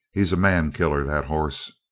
he's a man-killer that hoss!